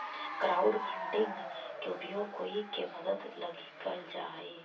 crowdfunding के उपयोग कोई के मदद लगी कैल जा हई